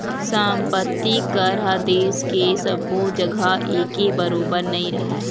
संपत्ति कर ह देस के सब्बो जघा एके बरोबर नइ राहय